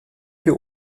für